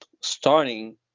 starting